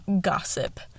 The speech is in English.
gossip